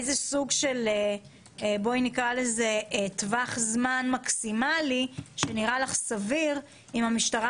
איזה סוג של טווח זמן מקסימלי נראה לך סביר אם המשטרה